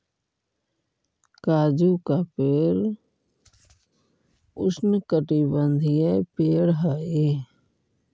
काजू का पेड़ उष्णकटिबंधीय पेड़ हई